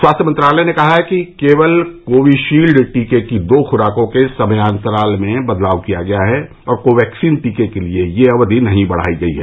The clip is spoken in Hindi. स्वास्थ्य मंत्रालय ने कहा है कि केवल कोविशील्ड टीके की दो खुराको के समयांतराल में बदलाव किया गया है और कोवैक्सीन टीके के लिए यह अवधि नहीं बढ़ाई गई है